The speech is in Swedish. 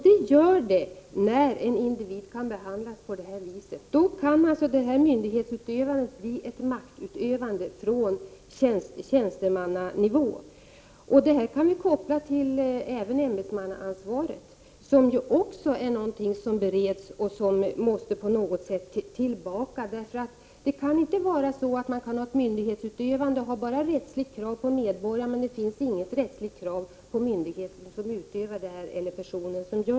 Det gör det när en individ kan behandlas på det vis som här är fråga om. Då kan myndighetsutövande bli ett maktutövande på tjänstemannanivå. Här kan vi göra en koppling till ämbetsmannaansvaret, som ju också är någonting som bereds och som vi måste få tillbaka. Det kan inte vara så att det bara finns rättsliga krav på medborgare men inga rättsliga krav på myndigheter.